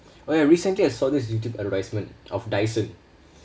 eh recently I saw this youtube advertisement of dyson